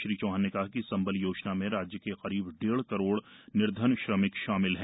श्री चौहान ने कहा कि संबल योजना में राज्य के करीब डेढ़ करोड़ निर्धन श्रमिक शामिल हैं